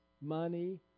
money